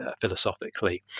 philosophically